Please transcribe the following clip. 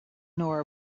nor